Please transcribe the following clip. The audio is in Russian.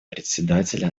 председателя